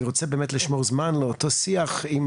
אני רוצה באמת לשמור זמן לאותו שיח עם